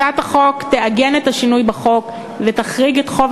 הצעת החוק תעגן את השינוי בחוק ותחריג את חוב